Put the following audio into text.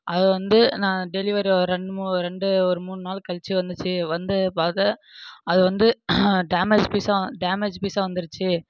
அதை வந்து நான் டெலிவரி ஒரு ரெண்டு மூணு ரெண்டு ஒரு மூணு நாள் கழித்து வந்துச்சு வந்து பார்த்தா அதுவந்து டேமேஜ் பீஸாக டேமேஜ் பீஸாக வந்துடுச்சு